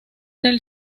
del